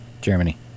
Germany